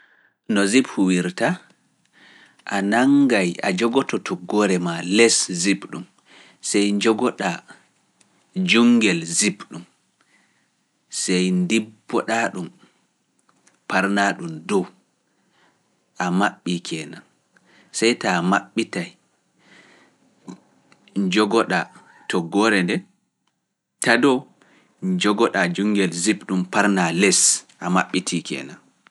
No Zip huwirta, a nangay a jogoto toggore maa les Zip ɗum, sey njogoɗa jungel Zip ɗum, sey ndibboɗa ɗum parna ɗum dow, a maɓɓii keenan, sey taa a maɓɓitay njogoɗa to gore nde, taa dow njogoɗa jungel Zip ɗum paranaa les a maɓɓitii keenan.